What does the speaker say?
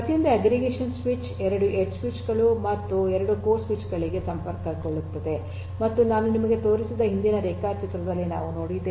ಪ್ರತಿಯೊಂದು aggregation switch 2 edge switch ಗಳು ಮತ್ತು 2 ಕೋರ್ ಸ್ವಿಚ್ ಗಳಿಗೆ ಸಂಪರ್ಕಗೊಳ್ಳುತ್ತದೆ ಮತ್ತು ನಾನು ನಿಮಗೆ ತೋರಿಸಿದ ಹಿಂದಿನ ರೇಖಾಚಿತ್ರದಲ್ಲಿ ನಾವು ನೋಡಿದ್ದೇವೆ